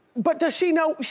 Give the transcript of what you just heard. but does she know,